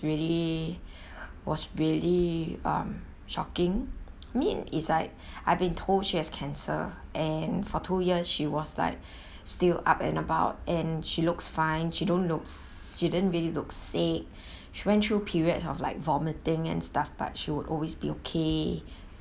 it really was really um shocking mean is like I've been told she has cancer and for two years she was like still up and about and she looks fine she don't looks she didn't really looks sick she went through period of like vomiting and stuff but she would always be okay